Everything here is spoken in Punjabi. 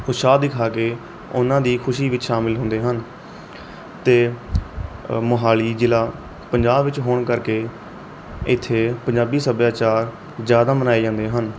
ਉਤਸ਼ਾਹ ਦਿਖਾ ਕੇ ਉਹਨਾਂ ਦੀ ਖੁਸ਼ੀ ਵਿੱਚ ਸ਼ਾਮਿਲ ਹੁੰਦੇ ਹਨ ਅਤੇ ਮੋਹਾਲੀ ਜ਼ਿਲ੍ਹਾ ਪੰਜਾਬ ਵਿੱਚ ਹੋਣ ਕਰਕੇ ਇੱਥੇ ਪੰਜਾਬੀ ਸੱਭਿਆਚਾਰ ਜ਼ਿਆਦਾ ਮਨਾਏ ਜਾਂਦੇ ਹਨ